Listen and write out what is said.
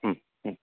ಹ್ಞೂ ಹ್ಞೂ